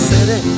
City